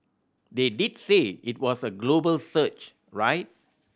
they did say it was a global search right